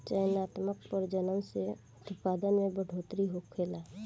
चयनात्मक प्रजनन से उत्पादन में बढ़ोतरी होखेला